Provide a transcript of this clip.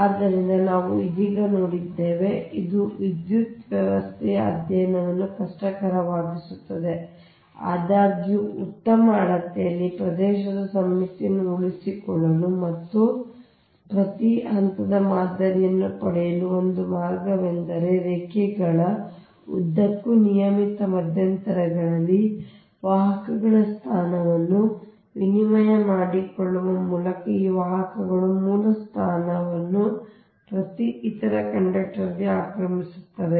ಆದ್ದರಿಂದ ನಾವು ಇದೀಗ ನೋಡಿದ್ದೇವೆ ಇದು ವಿದ್ಯುತ್ ವ್ಯವಸ್ಥೆಯ ಅಧ್ಯಯನವನ್ನು ಕಷ್ಟಕರವಾಗಿಸುತ್ತದೆ ಆದಾಗ್ಯೂ ಉತ್ತಮ ಅಳತೆಯಲ್ಲಿ ಪ್ರದೇಶದ ಸಮ್ಮಿತಿಯನ್ನು ಉಳಿಸಿಕೊಳ್ಳಲು ಮತ್ತು ಪ್ರತಿ ಹಂತದ ಮಾದರಿಯನ್ನು ಪಡೆಯಲು ಒಂದು ಮಾರ್ಗವೆಂದರೆ ರೇಖೆಗಳ ಉದ್ದಕ್ಕೂ ನಿಯಮಿತ ಮಧ್ಯಂತರಗಳಲ್ಲಿ ವಾಹಕಗಳ ಸ್ಥಾನವನ್ನು ವಿನಿಮಯ ಮಾಡಿಕೊಳ್ಳುವ ಮೂಲಕ ಈ ವಾಹಕಗಳು ಮೂಲ ಸ್ಥಾನವನ್ನು ಪ್ರತಿ ಇತರ ಕಂಡಕ್ಟರ್ ಆಕ್ರಮಿಸುತ್ತವೆ